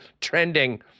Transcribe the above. trending